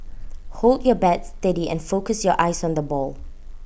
hold your bat steady and focus your eyes on the ball